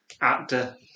actor